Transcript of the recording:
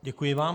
Děkuji vám.